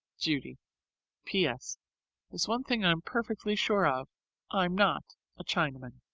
judy ps. there's one thing i'm perfectly sure of i'm not a chinaman.